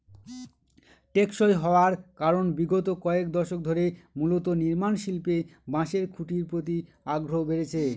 টেকসই হওয়ার কারনে বিগত কয়েক দশক ধরে মূলত নির্মাণশিল্পে বাঁশের খুঁটির প্রতি আগ্রহ বেড়েছে